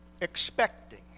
expecting